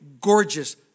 gorgeous